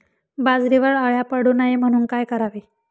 बाजरीवर अळ्या पडू नये म्हणून काय करावे?